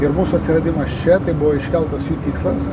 ir mūsų atsiradimas čia tai buvo iškeltas jų tikslas